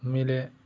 உண்மையில்